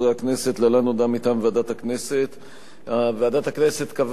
להלן הודעה מטעם ועדת הכנסת: ועדת הכנסת קבעה כי הוועדה